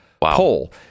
poll